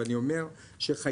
אבל אני אומר שחייבים.